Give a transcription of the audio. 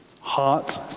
heart